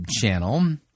channel